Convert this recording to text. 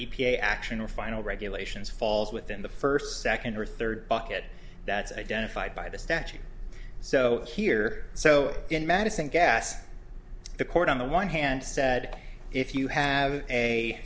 a action or final regulations falls within the first second or third bucket that's identified by the statute so here so in madison gas the court on the one hand said if you have